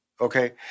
Okay